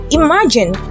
imagine